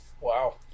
Wow